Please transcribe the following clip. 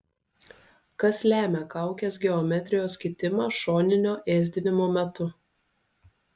kas lemia kaukės geometrijos kitimą šoninio ėsdinimo metu